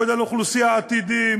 גודל האוכלוסייה העתידי,